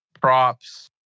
props